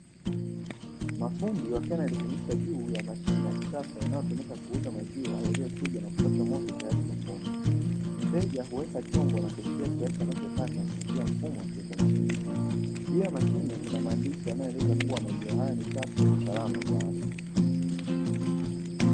Mafundi wakiwa wanarekebisha juu ya mashine kisasa inayotumika kuuza maziwa yaliyochujwa na kupashwa moto tayari kwa kunywa. Mteja huweka chombo na kulipia kiasi anachokitaka kupitia mfumo wa kiautomatiki, juu ya mashine kuna maandishi yanayoeleza juu ya maziwa haya, kuwa ni safi na salama kwa afya.